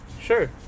Sure